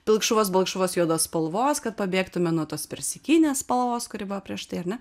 pilkšvos balkšvos juodos spalvos kad pabėgtume nuo tos persikinės spalvos kuri buvo prieš tai ar ne